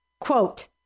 Quote